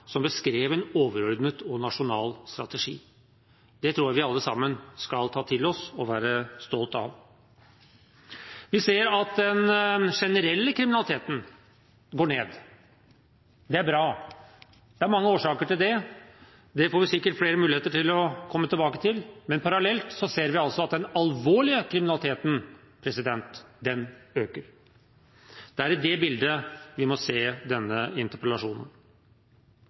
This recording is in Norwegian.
som beskrev en overordnet og nasjonal strategi. Det tror jeg vi alle sammen skal ta til oss og være stolte av. Vi ser at den generelle kriminaliteten går ned. Det er bra. Det er mange årsaker til det, og det får vi sikkert flere muligheter til å komme tilbake til, men parallelt ser vi altså at den alvorlige kriminaliteten øker. Det er i det bildet vi må se denne interpellasjonen.